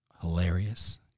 Hilarious